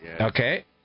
Okay